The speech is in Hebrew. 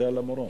זה על המורות.